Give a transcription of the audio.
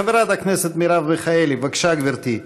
חברת הכנסת מרב מיכאלי, בבקשה, גברתי.